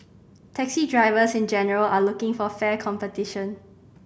taxi drivers in general are looking for fair competition